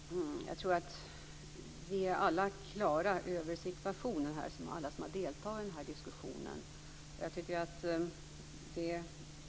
Fru talman! Jag tror att vi alla som deltar i den här diskussionen är klara över situationen.